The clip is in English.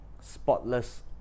spotless